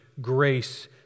grace